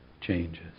changes